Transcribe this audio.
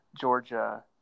Georgia